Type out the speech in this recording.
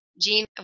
Jean